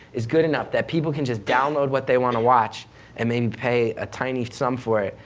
is good enough that people can just download what they want to watch and maybe pay a tiny sum for it,